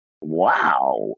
wow